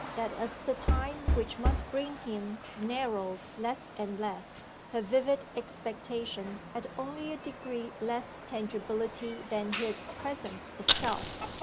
that as the time which must bring him narrowed less and less her vivid expectation had only a degree less tangibility than his presence itself.